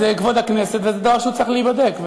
זה כבוד הכנסת, וזה דבר שצריך להיבדק.